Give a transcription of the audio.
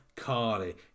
Carly